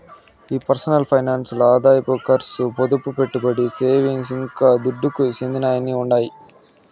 ఈ personal finance ల్ల ఆదాయం కర్సు, పొదుపు, పెట్టుబడి, సేవింగ్స్, ఇంకా దుడ్డుకు చెందినయ్యన్నీ ఉండాయి